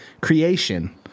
creation